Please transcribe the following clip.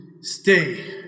stay